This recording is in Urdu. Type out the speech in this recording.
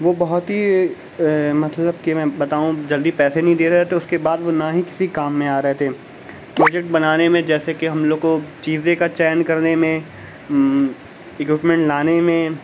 وہ بہت ہی مطلب کہ میں بتاؤں جلدی پیسے نہیں دے رہے تھے اس کے بعد وہ نہ ہی کسی کام میں آ رہے تھے پروجیکٹ بنانے میں جیسے کہ ہم لوگ کو چیزیں کا چین کرنے میں ایکیوپمینٹ لانے میں